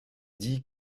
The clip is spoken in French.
dit